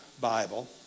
Bible